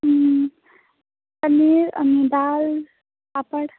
उम् पनिर अनि दाल पापड